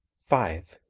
five.